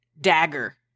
dagger